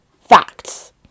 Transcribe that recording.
Facts